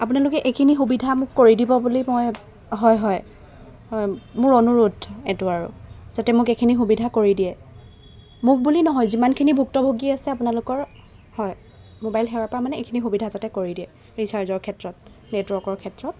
আপোনালোকে এইখিনি সুবিধা মোক কৰি দিব বুলি মই হয় হয় হয় মোৰ অনুৰোধ এইটো আৰু যাতে মই এইখিনি সুবিধা মোক কৰি দিয়ে মোক বুলি নহয় যিমানখিনি ভুক্তভোগী আছে আপোনালোকৰ হয় ম'বাইল সেৱাৰ পৰা যাতে এইখিনি সুবিধা কৰি দিয়ে ৰিচাৰ্জৰ ক্ষেত্ৰত নেটৱৰ্কৰ ক্ষেত্ৰত